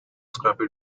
scrappy